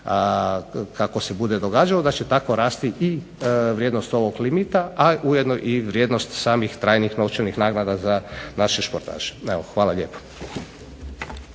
kako se bude događalo da će tako rasti i vrijednost ovog limita, a ujedno vrijednost samih trajnih novčanih naknada za naše sportaše. Hvala lijepo.